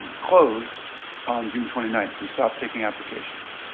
closed on june twenty nine. we stopped taking applications.